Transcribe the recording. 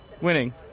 Winning